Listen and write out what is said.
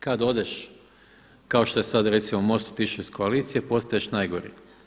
Kada odeš, kako što je sada recimo MOST otišao iz koalicije postaješ najgori.